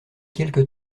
quelque